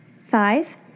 Five